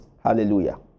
Hallelujah